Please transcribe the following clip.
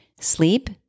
sleep